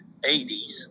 80s